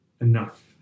enough